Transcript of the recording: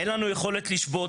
אין לנו יכולת לשבות.